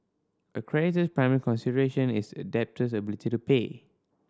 a creditor's primary consideration is a debtor's ability to pay